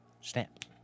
stamp